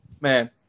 man